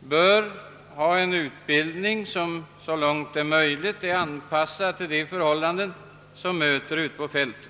bör ha en utbildning, som så långt möjligt är anpassad till de förhållanden som möter ute på fältet.